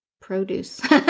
produce